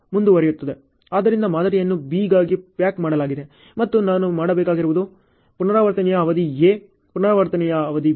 ಆದ್ದರಿಂದ ಮಾದರಿಯನ್ನು B ಗಾಗಿ ಪ್ಯಾಕ್ ಮಾಡಲಾಗಿದೆ ಮತ್ತು ನಾನು ಮಾಡಬೇಕಾಗಿರುವುದು ಪುನರಾವರ್ತನೆಯ ಅವಧಿ ಎ ಪುನರಾವರ್ತನೆಯ ಅವಧಿ B